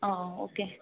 অ' okay